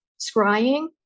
Scrying